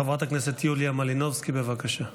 חברת הכנסת יוליה מלינובסקי, בבקשה.